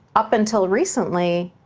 up until recently,